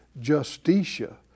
Justitia